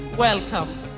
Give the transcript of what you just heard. Welcome